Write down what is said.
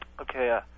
Okay